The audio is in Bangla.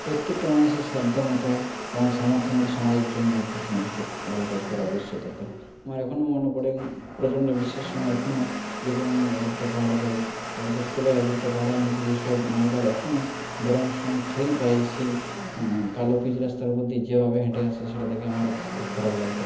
প্রত্যেকটা মানুষের সাধ্য মতো এবং সামর্থ্য মতো সমাজের জন্য কিছু না কিছু ভালো কাজ করা অবশ্যই দরকার আমার এখনও মনে পড়ে প্রচন্ড গ্রীষ্মের সময় এখনও যদি আমি অযোধ্যা পাহাড়ে যাই তাহলে দেখতে পাই অযোধ্যা পাহাড়ের নিচে যেসব মহিলারা এখনও গরমের সময় খালি পায়ে সেই কালো পিচ রাস্তার উপর দিয়ে যেভাবে হেঁটে আসে সেটা দেখে আমার খুব খারাপ লাগতো